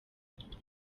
muhanda